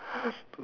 one